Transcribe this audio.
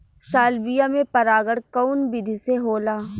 Salvia में परागण कउना विधि से होला?